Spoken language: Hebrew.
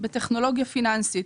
בטכנולוגיה פיננסית,